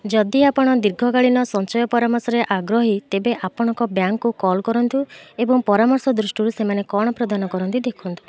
ଯଦି ଆପଣ ଦୀର୍ଘକାଳୀନ ସଞ୍ଚୟ ପରାମର୍ଶରେ ଆଗ୍ରହୀ ତେବେ ଆପଣଙ୍କ ବ୍ୟାଙ୍କକୁ କଲ୍ କରନ୍ତୁ ଏବଂ ପରାମର୍ଶ ଦୃଷ୍ଟିରୁ ସେମାନେ କ'ଣ ପ୍ରଦାନ କରନ୍ତି ଦେଖନ୍ତୁ